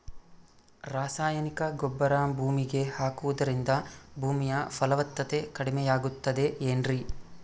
ರಾಸಾಯನಿಕ ಗೊಬ್ಬರ ಭೂಮಿಗೆ ಹಾಕುವುದರಿಂದ ಭೂಮಿಯ ಫಲವತ್ತತೆ ಕಡಿಮೆಯಾಗುತ್ತದೆ ಏನ್ರಿ?